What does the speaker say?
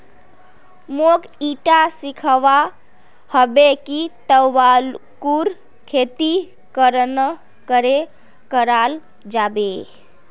मोक ईटा सीखवा हबे कि तंबाकूर खेती केरन करें कराल जाबे